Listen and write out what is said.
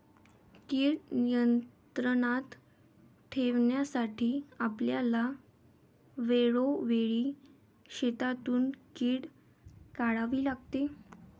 कीड नियंत्रणात ठेवण्यासाठी आपल्याला वेळोवेळी शेतातून कीड काढावी लागते